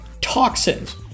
toxins